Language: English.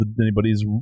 anybody's